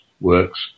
works